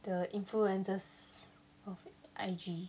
the influencers of I_G